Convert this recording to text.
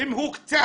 אם הוא קצת.